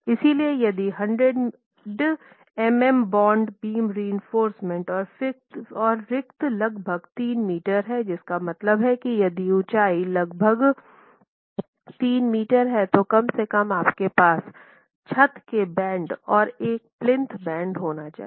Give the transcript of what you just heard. इसलिए यदि 100 मिमी बांडबांड बीम रिइंफोर्समेन्ट फिर रिक्ति लगभग 3 मीटर है जिसका मतलब है कि यदि ऊँचाई लगभग 3 मीटर है तो कम से कम आपके पास छत के बैंड और एक प्लिंथ बैंड होना चाहिए